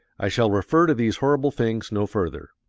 i shall refer to these horrible things no further.